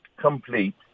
complete